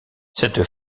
cette